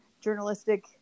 journalistic